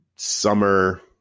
summer